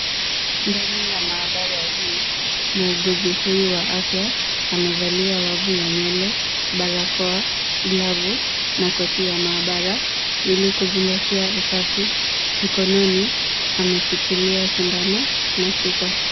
Ndani ya maabara hii, muuguzi huyu wa afya amevalia wavu ya nywele, barakoa, glavu na koti ya maabara ili kuzingatia usafi. Mkononi, ameshikilia sindano na chupa.